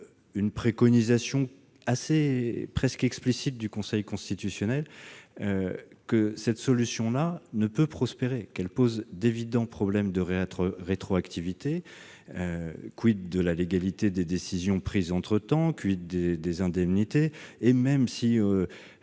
une préconisation presque explicite du Conseil constitutionnel, cette solution ne peut prospérer, car elle pose d'évidents problèmes de rétroactivité : de la légalité des décisions prises entre temps ? des indemnités ? Même si